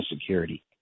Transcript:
security